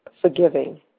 forgiving